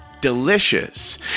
Delicious